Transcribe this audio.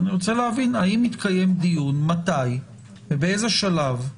אני רוצה להבין האם מתקיים דיון, מתי ובאיזה שלב,